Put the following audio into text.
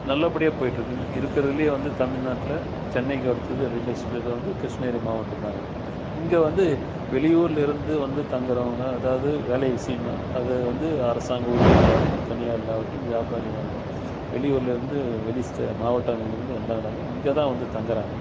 நல்லபடியாக போய்கிட்டுருக்கு இருக்குறதில் வந்து தமிழ்நாட்டில் சென்னைக்கு அடுத்தது ரியல் எஸ்டேட்ஸ் பீல்டை வந்து கிருஷ்ணகிரி மாவட்டந்தாங்க இங்கே வந்த வெளியூரில் இருந்து வந்து தங்குறவங்க அதாவது வேலை விஷயமா அதை வந்து அரசாங்க ஊழியர்களாகட்டும் தனியாராகட்டும் வியாபாரியாகட்டும் வெளியூரில் இருந்து வெளி ஸ்டே மாவட்டங்கள்லேருந்து வந்தாங்கனாக்க இங்கேதான் வந்து தங்கறாங்க